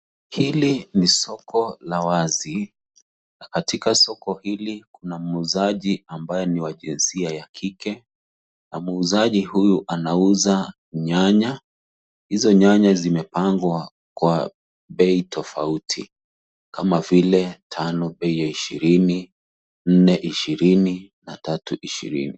Hili ni soko la wazi. Katika soko hili kuna muuzaji ambaye ni wa jinsia ya kike na muuzaji huyu anauza nyanya. Hizo nyanya zimepangwa kwa bei tofauti, kama vile tano bei ya ishirini, nne ishirini na tatu ishirini.